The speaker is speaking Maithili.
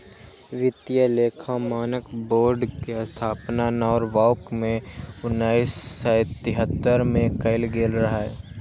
वित्तीय लेखा मानक बोर्ड के स्थापना नॉरवॉक मे उन्नैस सय तिहत्तर मे कैल गेल रहै